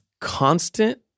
constant